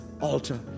altar